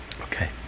Okay